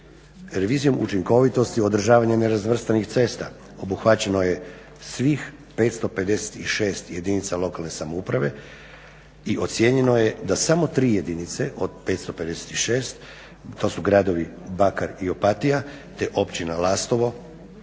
Revizijom učinkovitosti o održavanju nerazvrstanih cesta obuhvaćeno je svih 556 jedinica lokalne samouprave i ocjenjeno je da samo tri jedinice od 556, to su gradovi Bakar i Opatija te općina Lastovo